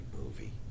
movie